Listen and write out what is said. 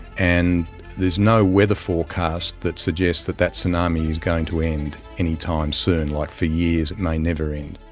and there's no weather forecast that suggests that that tsunami is going to end any time soon, like for years, it may never end.